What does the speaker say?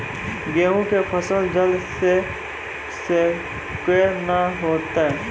गेहूँ के फसल जल्दी से के ना होते?